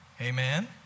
Amen